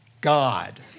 God